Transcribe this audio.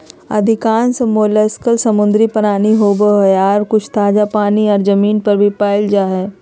अधिकांश मोलस्क समुद्री प्राणी होवई हई, आर कुछ ताजा पानी आर जमीन पर भी पाल जा हई